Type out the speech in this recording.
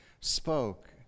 spoke